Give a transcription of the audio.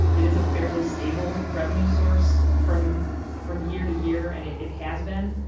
it is a fairly stable revenue source from from year to year, and it it has been.